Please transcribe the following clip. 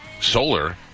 solar